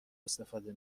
استفاده